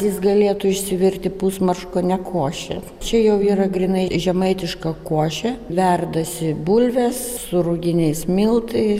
jis galėtų išsivirti pusmarškonę košę čia jau yra grynai žemaitiška košė verdasi bulvės su ruginiais miltais